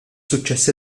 suċċess